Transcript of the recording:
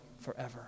forever